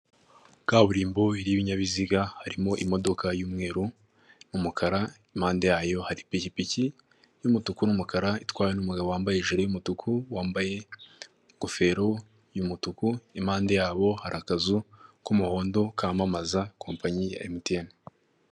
Kaburimbo y'ibinyabiziga harimo imodoka y'umweru n'umukara impanda yayo hari ipikipiki y'umutuku n'umukara, itwawe n'umugabo wambaye ijiri y'umutuku wambaye ingofero y'umutuku, impande yabo hari akazu k'umuhondo kamamaza kompanyi ya emutiyene.